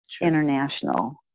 international